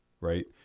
right